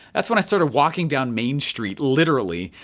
that's when i started walking down main street, literally,